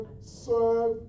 serve